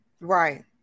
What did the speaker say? Right